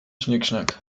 schnickschnack